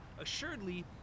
assuredly